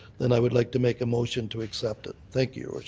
and i would like to make a motion to accept it. thank you,